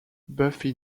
buffy